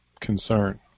concern